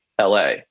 LA